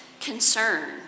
concern